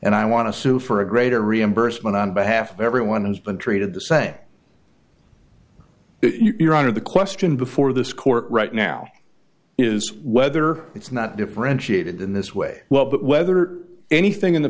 and i want to sue for a greater reimbursement on behalf of everyone who's been treated the same you're out of the question before this court right now is whether it's not differentiated in this way well but whether anything in the